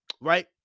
right